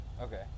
Okay